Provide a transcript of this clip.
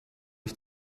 ich